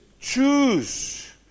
Choose